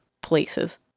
places